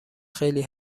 خیلی